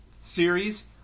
series